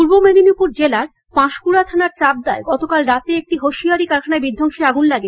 পূর্ব মেদিনীপুর জেলার পাঁশকুড়া থানার চাপদায় গতরাতে একটি হোসিয়ারী কারখানায় বিধ্বংসী আগুন লাগে